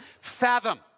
fathom